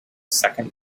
second